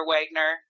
Wagner